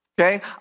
Okay